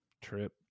trip